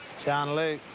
john luke.